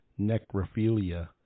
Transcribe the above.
necrophilia